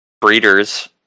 breeders